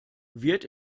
wird